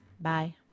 Bye